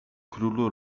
król